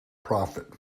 profit